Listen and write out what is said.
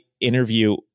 interview